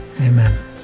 Amen